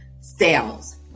sales